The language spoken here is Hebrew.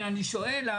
אני שואל,